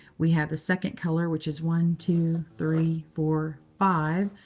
we have the second color, which is one, two, three, four, five.